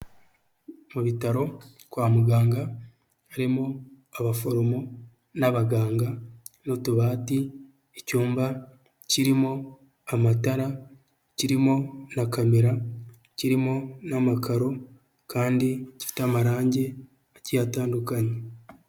Mu bitaro kwa muganga, harimo abaforomo n'abaganga, n'utubati, icyumba kirimo amatara, kirimo na kamera, kirimo n'amakaro, kandi gifite amarangi agiye atandukanye.